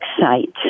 site